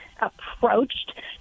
approached